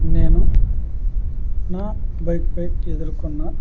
నేను నా బైక్ పై ఎదుర్కొన్న